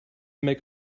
make